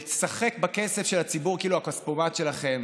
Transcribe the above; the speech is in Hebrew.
לשחק בכסף של הציבור כאילו הוא הכספומט שלכם.